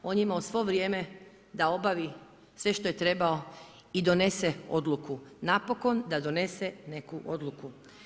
On je imao svo vrijeme da obavi sve što je trebao i donese odluku, napokon da donese neku odluku.